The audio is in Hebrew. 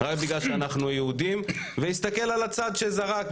רק בגלל שאנחנו יהודים ויסתכל על הצד שזרק,